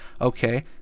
Okay